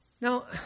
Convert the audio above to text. Now